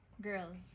girl